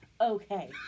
okay